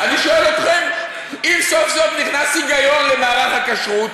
אני שואל אתכם: אם סוף-סוף נכנס היגיון למערך הכשרות,